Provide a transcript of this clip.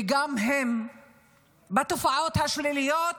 וגם הם מככבים ונמצאים בתופעות השליליות